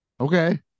okay